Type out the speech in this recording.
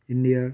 ইণ্ডিয়াৰ